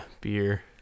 Beer